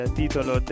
titolo